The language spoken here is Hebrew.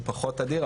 הוא פחות תדיר,